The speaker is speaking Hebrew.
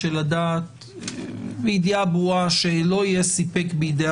כשלדעת בידיעה ברורה שלא יהיה סיפק בידי